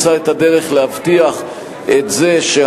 נמצא כחוק, 1,000 שקלים ללילה.